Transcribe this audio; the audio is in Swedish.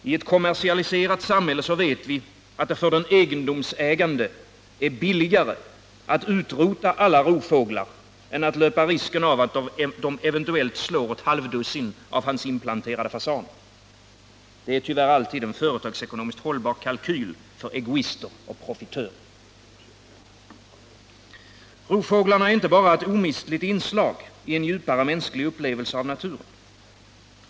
I ett kommersialiserat samhälle vet vi att det för den egendomsägande är billigare att utrota alla rovfåglar än att löpa risken att de kanske slår ett halvdussin av hans inplanterade fasaner. Det är tyvärr alltid en företagsekonomiskt hållbar kalkyl, för egoister och profitörer. Rovfåglarna är inte bara ett omistligt inslag i en djupare mänsklig upplevelse av naturen.